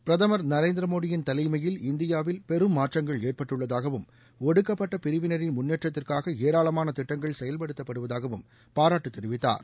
பிரதமா் நரேந்திர மோடியின் தலைமையில் இந்தியாவில் பெரும் மாற்றங்கள் ஏற்பட்டுள்ளதாகவும் ஒடுக்கப்பட்ட பிரிவினரின் முன்னேற்றத்திற்காக ஏராளமான திட்டங்கள் செயல்படுத்தப்படுவதாகவும் பாராட்டுத் தெரிவித்தாா்